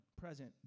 Present